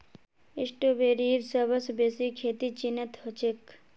स्ट्रॉबेरीर सबस बेसी खेती चीनत ह छेक